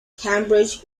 cambridge